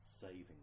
saving